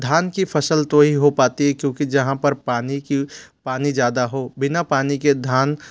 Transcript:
धान की फसल ताे ही हो पाती है क्योंकि जहाँ पर पानी की पानी ज़्यादा हो बिना पानी के धान